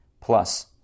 plus